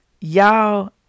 Y'all